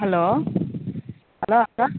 hello hello அக்கா